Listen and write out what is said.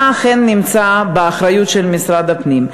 מה כן נמצא באחריות של משרד הפנים?